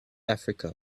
africa